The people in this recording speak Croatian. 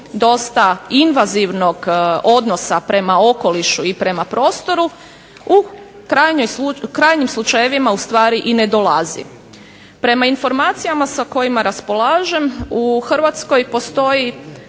dosta invazivnog odnosa prema okolišu i prema prostoru u krajnjim slučajevima u stvari i ne dolazi. Prema informacijama sa kojima raspolažem u Hrvatskoj postoji